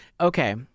okay